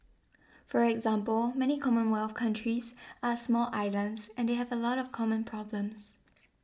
for example many commonwealth countries are small islands and they have a lot of common problems